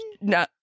no